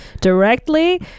directly